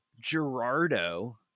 Gerardo